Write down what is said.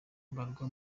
mbarwa